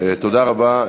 תודה רבה.